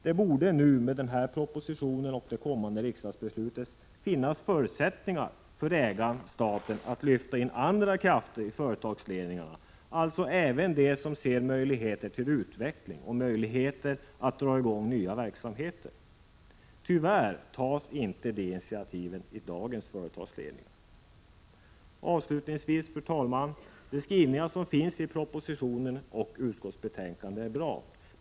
Det borde nu, med den här propositionen och det kommande riksdagsbeslutet, finnas förutsättningar för ägaren-staten att lyfta in andra krafter i företagsledningarna, alltså även dem som ser möjligheter till utveckling och möjligheter att dra i gång nya verksamheter. Tyvärr tas inte de initiativen i dagens företagsledningar. Fru talman! Avslutningsvis: de skrivningar som finns i propositionen och utskottsbetänkandet är bra.